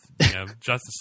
Justice